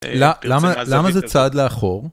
למה למה זה צעד לאחור.